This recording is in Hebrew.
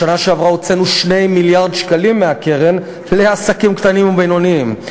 בשנה שעברה הוצאנו 2 מיליארד שקלים מהקרן לעסקים קטנים ובינוניים.